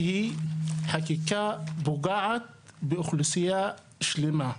כי היא חקיקה פוגעת באוכלוסייה שלמה.